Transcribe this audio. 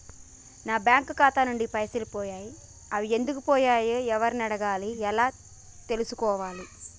నా బ్యాంకు ఖాతా నుంచి పైసలు పోయినయ్ అవి ఎందుకు పోయినయ్ ఎవరిని అడగాలి ఎలా తెలుసుకోవాలి?